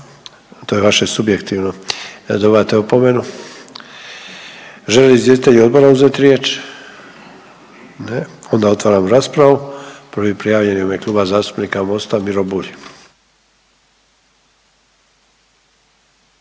To je vaše subjektivno, dobivate opomenu. Žele li izvjestitelji odbora uzeti riječ? Ne, onda otvaram raspravu. Prvi prijavljeni u ime Kluba zastupnika MOST-a Miro Bulj.